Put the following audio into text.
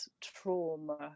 trauma